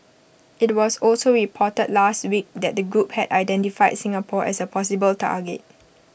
IT was also reported last week that the group had identified Singapore as A possible target